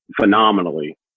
phenomenally